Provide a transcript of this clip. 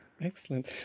Excellent